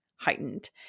heightened